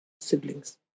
siblings